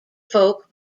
folk